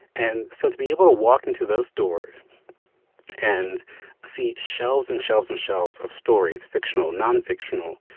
and so to be able to walk into those doors and see shelves and shelves and shelves of stories, fictional, nonfictional,